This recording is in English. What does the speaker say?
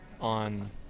on